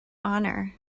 honor